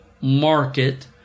market